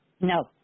no